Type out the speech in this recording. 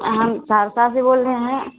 हम सहरसा से बोल रहे हैं